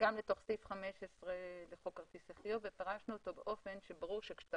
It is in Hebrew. גם לתוך סעיף 15 לחוק כרטיסי חיוב ופירשנו אותו באופן שברור שכשאתה